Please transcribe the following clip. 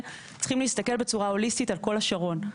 צריכים להסתכל בצורה הוליסטית על כל השרון,